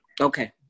Okay